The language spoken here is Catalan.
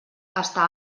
està